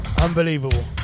unbelievable